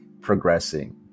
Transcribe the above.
progressing